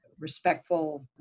respectful